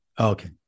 Okay